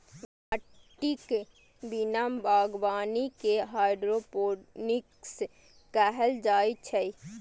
माटिक बिना बागवानी कें हाइड्रोपोनिक्स कहल जाइ छै